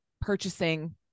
purchasing